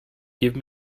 give